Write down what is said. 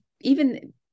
even-